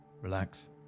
relax